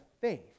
faith